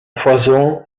foison